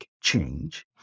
change